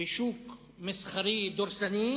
בשוק מסחרי דורסני,